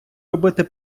робити